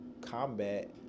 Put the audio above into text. combat